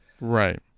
Right